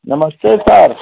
नमस्ते सर